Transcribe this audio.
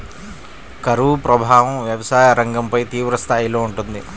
కరువు ప్రభావం వ్యవసాయ రంగంపై తీవ్రస్థాయిలో ఉంటుంది